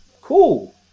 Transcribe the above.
Cool